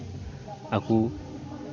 ᱟᱠᱚ